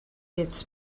its